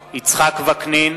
(קורא בשמות חברי הכנסת) יצחק וקנין,